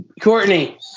Courtney